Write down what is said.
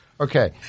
Okay